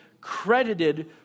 credited